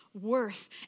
worth